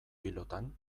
pilotan